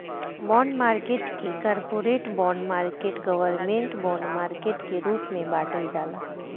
bond market के corporate bond market government bond market के रूप में बॉटल जाला